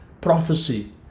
prophecy